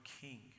King